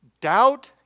Doubt